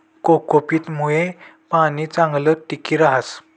cocopeat मुये पाणी चांगलं टिकी रहास